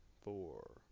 Four